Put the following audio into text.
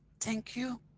thank you.